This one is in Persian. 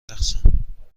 رقصم